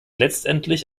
letztendlich